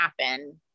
happen